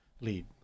lead